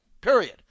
period